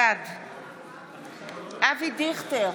בעד אבי דיכטר,